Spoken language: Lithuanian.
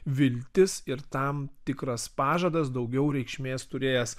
viltis ir tam tikras pažadas daugiau reikšmės turėjęs